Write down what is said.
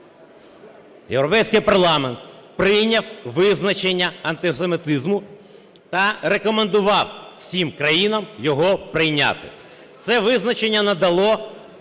Європейський парламент прийняв визначення антисемітизму та рекомендував всім країнам його прийняти. Це визначення надало